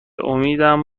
امیدم